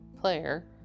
player